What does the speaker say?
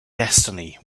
destiny